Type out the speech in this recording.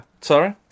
Sorry